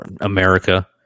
america